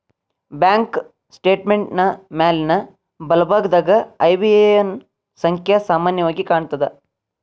bank ಸ್ಟೇಟ್ಮೆಂಟಿನ್ ಮ್ಯಾಲಿನ್ ಬಲಭಾಗದಾಗ ಐ.ಬಿ.ಎ.ಎನ್ ಸಂಖ್ಯಾ ಸಾಮಾನ್ಯವಾಗಿ ಕಾಣ್ತದ